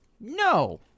No